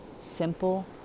simple